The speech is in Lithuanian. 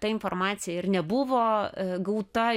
ta informacija ir nebuvo gauta